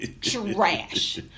Trash